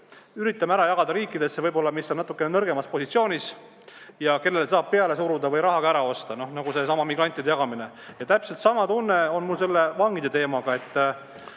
üritame nad ära jagada riikidesse, kes on natukene nõrgemas positsioonis ja kellele saab peale suruda või keda saab rahaga ära osta, nagu seesama migrantide jagamine. Ja täpselt sama tunne on mul selle vangide teemaga.